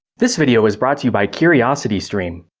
this video was brought to you by curiositystream.